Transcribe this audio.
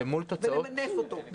ולמנף אותו.